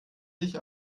sich